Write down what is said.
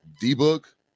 D-Book